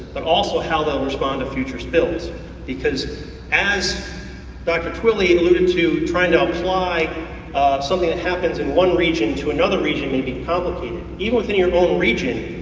but also how they'll respond to future spills, because as dr. twilley eluded to, trying to apply something that happens in one region to another region may be complicated. even within your own region.